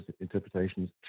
interpretations